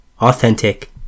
authentic